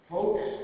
Folks